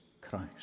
Christ